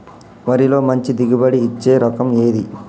వరిలో మంచి దిగుబడి ఇచ్చే రకం ఏది?